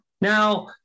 Now